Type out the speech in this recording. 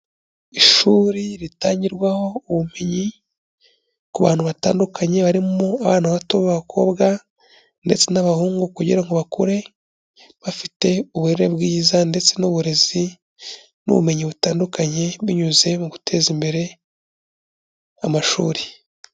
Ishuri ritangirwaho ubumenyi ku bantu batandukanye barimo abana bato b'abakobwa ndetse n'abahungu kugira ngo bakure, bafite uburere bwiza ndetse n'uburezi n'ubumenyi butandukanye binyuze mu guteza imbere amashuri.